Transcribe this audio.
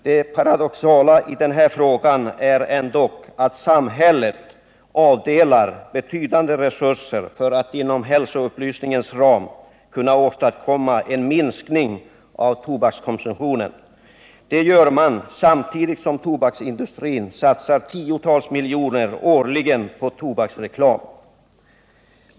Det paradoxala i den här frågan är ändå att samhället avdelar betydande resurser för att inom hälsoupplysningens ram kunna åstadkomma en minskning av tobakskonsumtionen. Det gör man samtidigt som tobaksindustrin satsar tiotals miljoner årligen på tobaksreklam.